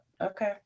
Okay